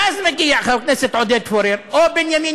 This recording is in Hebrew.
ואז מגיעים חבר הכנסת עודד פורר או בנימין